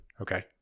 Okay